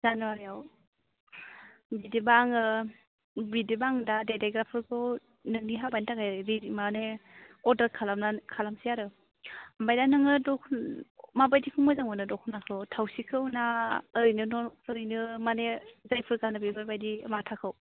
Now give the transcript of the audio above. जानुवारियाव बिदिबा आङो बिदिबा आङो दा देलायग्राफोरखौ नोंनि हाबानि थाखाय रेदि माने अर्दार खालामनिसै आरो ओमफ्राय दा नोङो दखना माबायदिखौ मोजां मोनो दखनाखौ थावसिखौ ना ओरैनो न' ओरैनो माने जायफोर गानो बेफोरबायदि माथाखौ